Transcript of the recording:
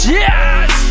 yes